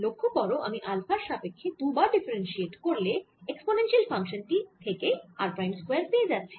লক্ষ্য করো আমি আলফার সাপেক্ষ্যে দু বার ডিফারেনশিয়েট করলে এক্সপোনেনশিয়াল ফাংশান টি থেকেই r প্রাইম স্কয়ার পেয়ে যাচ্ছি